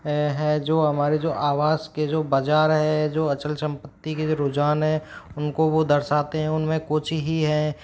है जो हमारे जो आवास के जो बाजार है जो अचल संपत्ति के रोजान है उनको वो दर्शाते है उनमें कुछ ही है